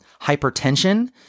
hypertension